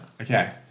Okay